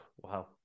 wow